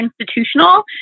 institutional